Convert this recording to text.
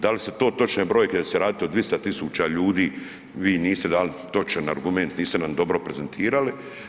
Da li su to točne brojke da će se raditi o 200 000 ljudi, vi niste dali točan argument, niste nam dobro prezentirali.